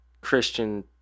Christian